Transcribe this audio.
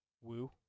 Woo